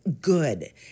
good